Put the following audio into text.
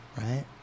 right